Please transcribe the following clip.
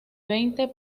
veinte